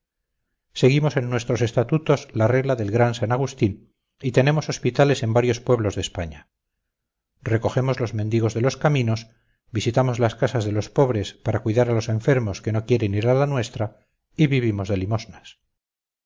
seguimos en nuestros estatutos la regla del gran san agustín y tenemos hospitales en varios pueblos de españa recogemos los mendigos de los caminos visitamos las casas de los pobres para cuidar a los enfermos que no quieren ir a la nuestra y vivimos de limosnas